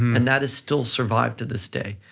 um and that has still survived to this day.